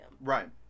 Right